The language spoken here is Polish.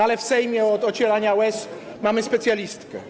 Ale w Sejmie od ocierania łez mamy specjalistkę.